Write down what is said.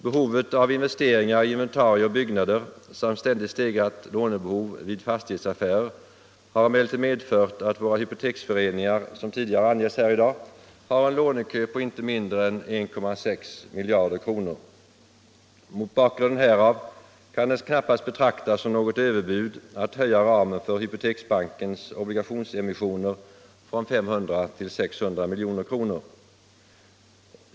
Behovet av investeringar i inventarier och byggnader samt ständigt stegrat lånebehov vid fastighetsaffärer har emellertid medfört att våra hypoteksföreningar — som tidigare angetts här i dag — har en lånekö på inte mindre än 1,6 miljarder kronor. Mot bakgrund härav kan det knappast betraktas som något överbud att höja ramen för Hypoteksbankens obligationsemissioner från 500 till 600 milj.kr.